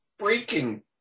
freaking